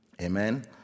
Amen